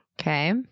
Okay